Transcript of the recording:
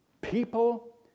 people